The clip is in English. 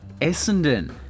Essendon